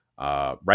Right